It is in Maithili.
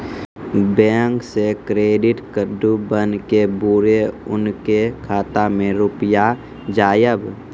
बैंक से क्रेडिट कद्दू बन के बुरे उनके खाता मे रुपिया जाएब?